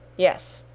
yes.